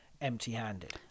empty-handed